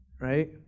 right